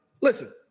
listen